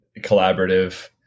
collaborative